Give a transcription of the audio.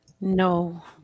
no